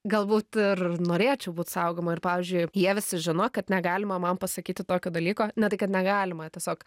galbūt ir norėčiau būt saugoma ir pavyzdžiui jie visi žino kad negalima man pasakyti tokio dalyko ne tai kad negalima tiesiog